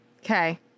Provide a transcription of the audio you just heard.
Okay